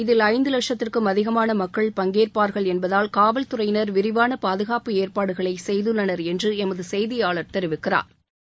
இதில் ஐந்து வட்சத்திற்கும் அதிகமான மக்கள் பங்கேற்பாா்கள் என்பதால் காவல்துறையினா் விரிவான பாதுகாப்பு ஏற்பாடுகளை செய்துள்ளனா் என்று எமது செய்தியாளா் தெரிவிக்கிறாா்